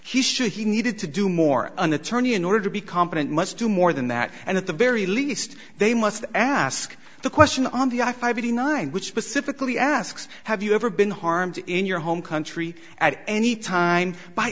ask he should he needed to do more an attorney in order to be competent must do more than that and at the very least they must ask the question on the i five eighty nine which specifically asks have you ever been harmed in your home country at any time by